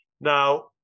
Now